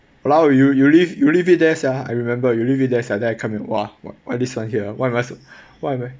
!walao! you you leave you leave it there sia I remember you leave it there sia and then I come in !wah! what why this one here why am I so why am I